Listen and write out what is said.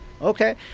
Okay